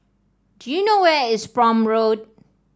do you know where is Prome Road